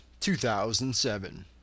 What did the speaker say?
2007